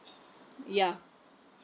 ya